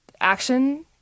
action